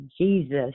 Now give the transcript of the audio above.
Jesus